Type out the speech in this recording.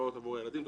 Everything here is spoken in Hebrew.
ההסעות עבור הילדים.